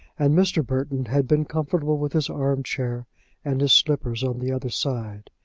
and mr. burton had been comfortable with his arm-chair and his slippers on the other side.